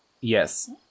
yes